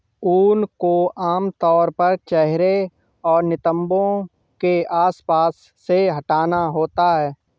ऊन को आमतौर पर चेहरे और नितंबों के आसपास से हटाना होता है